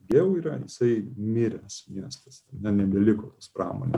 jau yra jisai miręs miestas na nebeliko pramonė